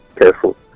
careful